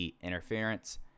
interference